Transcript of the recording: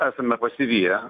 esame pasiviję